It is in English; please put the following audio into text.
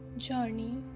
Journey